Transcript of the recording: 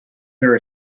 their